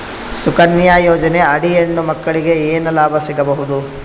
ಸುಕನ್ಯಾ ಯೋಜನೆ ಅಡಿ ಹೆಣ್ಣು ಮಕ್ಕಳಿಗೆ ಏನ ಲಾಭ ಸಿಗಬಹುದು?